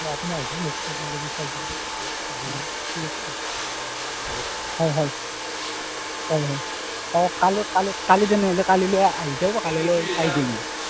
হয় হয় হয় হয় কালি তেনেহ'লে আহি যাব কালিলৈ চাই দিম মই